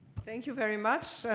thank you very much.